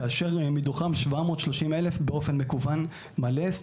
כאשר מתוכם 730,000 באופן מקוון מלא.